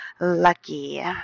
Lucky